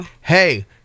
hey